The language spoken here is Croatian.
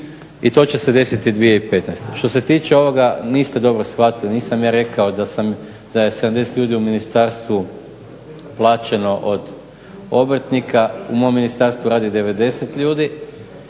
I to će se desiti 2015. Što se tiče ovoga niste dobro shvatili, nisam ja rekao da je 70 ljudi u ministarstvu plaćeno od obrtnika. U mom ministarstvu radi 90 ljudi